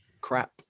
crap